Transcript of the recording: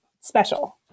special